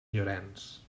llorenç